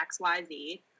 XYZ